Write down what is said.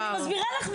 אז אני מסבירה לך,